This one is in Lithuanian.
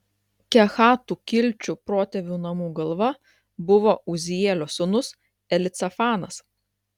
kehatų kilčių protėvių namų galva buvo uzielio sūnus elicafanas